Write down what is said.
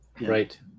Right